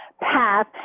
path